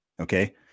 Okay